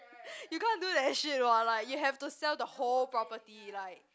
you can't do that shit what like you have to sell the whole property like